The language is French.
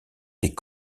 des